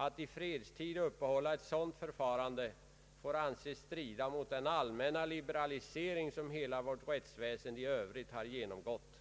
Att i fredstid uppehålla ett sådant förfarande får väl anses strida mot den allmänna liberalisering som hela vårt rättsväsende i övrigt har genomgått.”